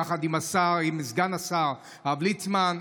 יחד עם סגן השר הרב ליצמן,